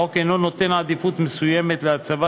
החוק אינו נותן עדיפות מסוימת להצבת